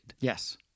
yes